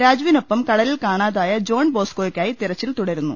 രാജുവിനൊപ്പം കടലിൽ കാണാതായ ജോൺ ബോസ്കോയ്ക്കായ് തെരച്ചിൽ തുടരുന്നു